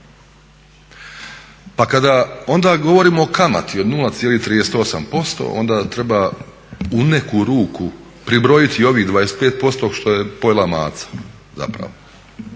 Pa kada onda govorimo o kamati od 0,38% onda treba u neku ruku pribrojiti i ovih 25% što je pojela maca zapravo.